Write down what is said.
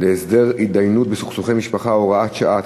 להסדר התדיינויות בסכסוכי משפחה (הוראת שעה),